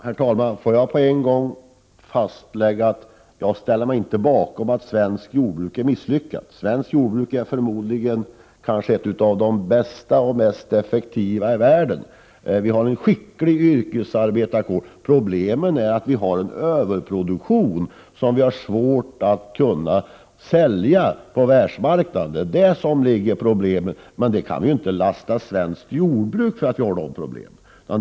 Herr talman! Låt mig på en gång lägga fast att jag inte ställer mig bakom påståendet att svenskt jordbruk är misslyckat. Svenskt jordbruk är förmodligen ett av de bästa och mest effektiva i världen. Vi har en skicklig yrkesarbetarkår. Problemet är att vi har en överproduktion som vi har svårt att sälja på världsmarknaden. Men vi kan inte lasta svenskt jordbruk för att vi har det problemet.